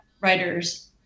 writers